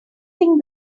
think